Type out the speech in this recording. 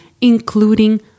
including